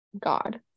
God